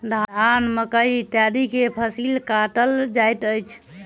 धान, मकई इत्यादि के फसिल काटल जाइत अछि